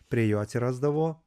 prie jo atsirasdavo